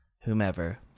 whomever